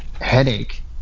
headache